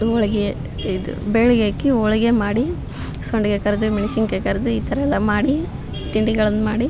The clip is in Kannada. ಹೋಳಿಗೆ ಇದು ಬೇಳ್ಗೆ ಹಾಕಿ ಹೋಳಿಗೆ ಮಾಡಿ ಸಂಡಿಗೆ ಕರಿದು ಮೆಣ್ಸಿನ್ಕಾಯಿ ಕರಿದು ಈ ಥರ ಎಲ್ಲ ಮಾಡಿ ತಿಂಡಿಗಳನ್ನ ಮಾಡಿ